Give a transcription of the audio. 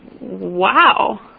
Wow